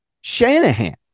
Shanahan